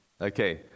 okay